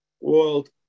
world